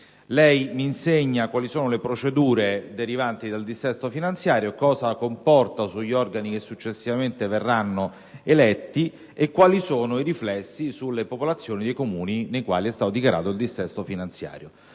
Lei mi insegna quali sono le procedure derivanti dal dissesto finanziario, cosa comporta sugli organi che successivamente verranno eletti e quali sono i riflessi sulle popolazioni dei Comuni nei quali è stata dichiarata tale procedura.